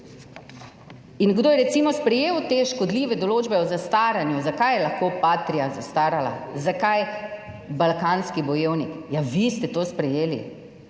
In kdo je, recimo, sprejel te škodljive določbe o zastaranju? Zakaj je lahko Patria zastarala? Zakaj balkanski bojevnik? Ja, vi ste to sprejeli.